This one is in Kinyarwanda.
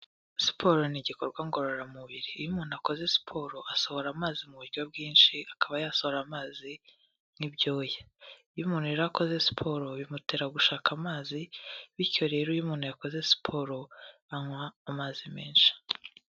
Siporo ni igikorwa ngororamubiri, iyo umuntu akoze siporo asohora amazi mu buryo bwinshi, akaba yasohora amazi nk'ibyuya, iyo umuntu rero akoze siporo bimutera gushaka amazi, bityo rero iyo umuntu yakoze siporo anywa amazi menshi.